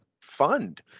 fund